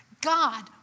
God